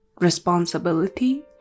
responsibility